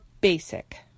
basic